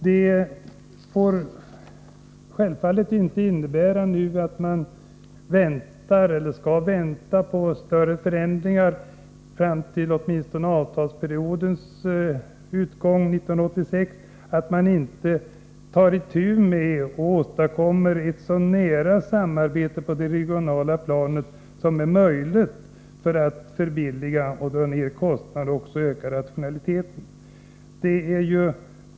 Detta får självfallet inte innebära att man inte tar itu med och åstadkommer ett så nära tekniskt samarbete på det regionala planet som är möjligt för att förbilliga verksamheten, dra ner kostnaderna och öka rationaliteten.